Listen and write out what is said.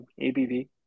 ABV